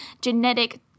genetic